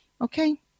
Okay